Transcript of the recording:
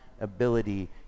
ability